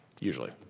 usually